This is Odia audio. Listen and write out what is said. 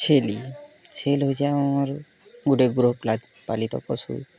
ଛେଲି ଛେଲି ହଉଛି ଆମର୍ ଗୁଟେ ଗୃହପାଲିତ ପଶୁ